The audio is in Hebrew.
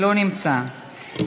לא נמצא,